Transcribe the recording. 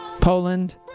Poland